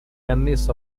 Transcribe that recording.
annesso